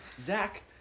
Zach